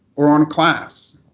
or on class,